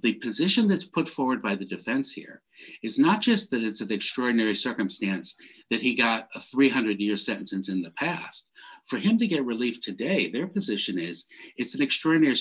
the position that's put forward by the defense here is not just that it's an extraordinary circumstance that he got a three hundred year sentence in the past for him to get released today their position is it's an extraordinary